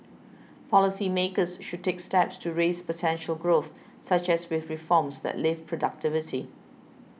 policy makers should take steps to raise potential growth such as with reforms that lift productivity